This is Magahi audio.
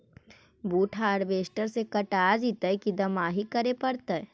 बुट हारबेसटर से कटा जितै कि दमाहि करे पडतै?